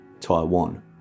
Taiwan